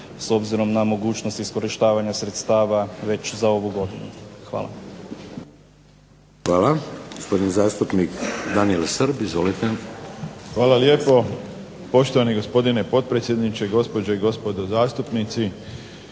s obzirom na mogućnost iskorištavanja sredstava već za ovu godinu. Hvala. **Šeks, Vladimir (HDZ)** Hvala. Gospodin zastupnik Daniel Srb. Izvolite. **Srb, Daniel (HSP)** Hvala lijepo. Poštovani gospodine potpredsjedniče, gospođe i gospodo zastupnici.